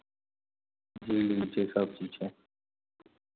झील वील छै सभचीज छै